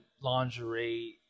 lingerie